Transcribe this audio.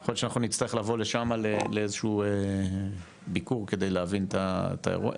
יכול להיות שאנחנו נצטרך לבוא לשם לאיזשהו ביקור כדי להבין את האירוע.